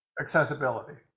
accessibility